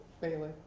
Bailey